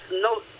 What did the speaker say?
no